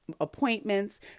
appointments